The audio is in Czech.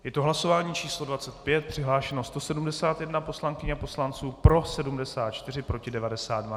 Je to hlasování číslo 25, přihlášeno 171 poslankyň a poslanců, pro 74, proti 92.